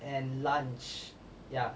and lunch yeah